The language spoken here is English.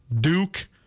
Duke